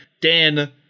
Dan